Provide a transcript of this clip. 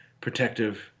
protective